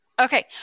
Okay